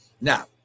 now